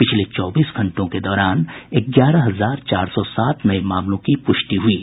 पिछले चौबीस घंटों के दौरान ग्यारह हजार चार सौ सात नए मामलों की पुष्टि हुई है